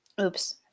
Oops